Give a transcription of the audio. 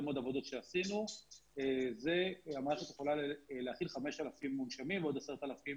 מאוד עבודות שעשינו זה 5,000 מונשמים ועוד 10,000